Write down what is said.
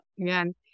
Again